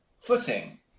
footing